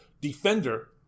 defender